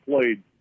played